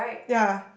ya